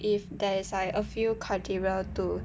if there is like a few criteria to